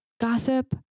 gossip